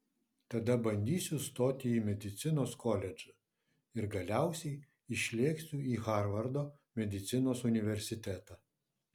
tada bandysiu stoti į medicinos koledžą ir galiausiai išlėksiu į harvardo medicinos universitetą